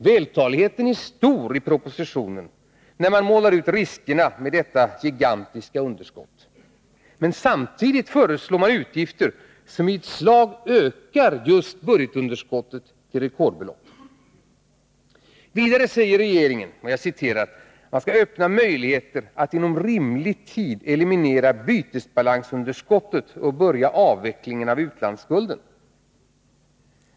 Vältaligheten är stor i propositionen när riskerna med detta gigantiska underskott utmålas. Men samtidigt föreslås utgifter som i ett slag ökar detta underskott till rekordbelopp. Regeringen säger sig ”öppna möjligheter att inom rimlig tid eliminera bytesbalansunderskottet och börja avvecklingen av utlandsskulden”.